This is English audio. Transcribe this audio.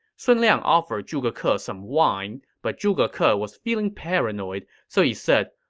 sun liang offered zhuge ke ah some wine, but zhuge ke ah was feeling paranoid, so he said,